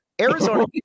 Arizona